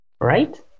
Right